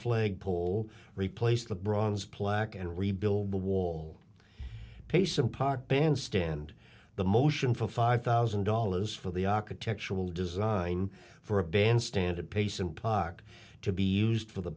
flagpole replace the bronze plaque and rebuild the wall pace impart bandstand the motion for five thousand dollars for the architectural design for a bandstand at pace and pock to be used for the